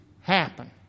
happen